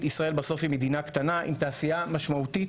ישראל בסוף היא מדינה קטנה עם תעשייה משמעותית